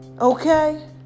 okay